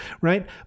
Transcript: Right